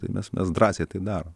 tai mes mes drąsiai tai darom